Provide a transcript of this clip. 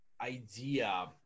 idea